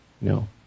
No